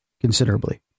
considerably